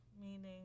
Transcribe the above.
meaning